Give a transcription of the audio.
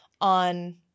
on